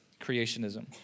creationism